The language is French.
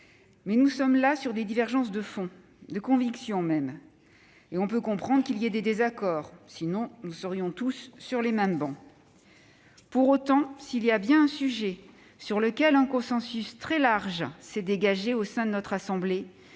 Mais nous sommes là sur des divergences de fond et même des divergences de convictions. On peut comprendre qu'il y ait des désaccords ; sinon, nous siégerions tous sur les mêmes travées. Pour autant, s'il y a bien un sujet sur lequel un consensus très large s'est dégagé au sein de notre assemblée,